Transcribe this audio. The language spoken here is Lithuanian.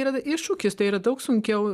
yra iššūkis tai yra daug sunkiau